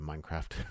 Minecraft